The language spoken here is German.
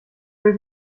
will